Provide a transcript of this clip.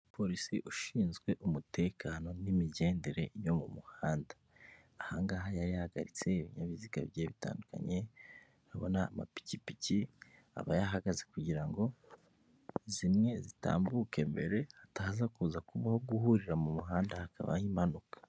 Umupolisi ushinzwe umutekano n'imigendere yo mu muhanda, aha ngaha yari yahagaritse ibinyabiziga bigiye bitandukanye, urabona amapikipiki aba yahagaze kugira ngo zimwe zitambuke mbere hataza kuza kubaho guhurira mu muhanda hakabaho impanuka.